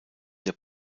der